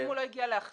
אם הוא לא הגיע לחתום,